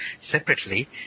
separately